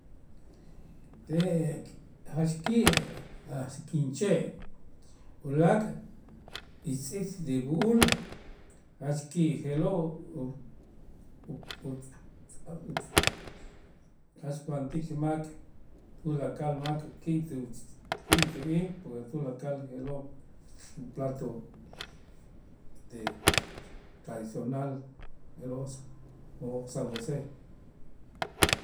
Jach ki' a' sikinche' ulaak' ixtz'iit de b'u'ul jach ki' je'lo' b'a'ax kujantik mak tulakal mak ki' ki' ti'ij porque tulakal je'lo' plato de tradicional de los noj San José.